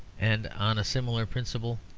and on a similar principle,